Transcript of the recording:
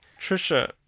trisha